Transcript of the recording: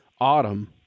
autumn